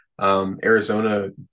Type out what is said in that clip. Arizona